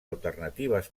alternatives